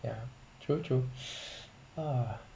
ya true true uh